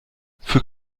für